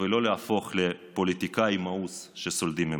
ולא להפוך לפוליטיקאי מאוס שסולדים ממנו.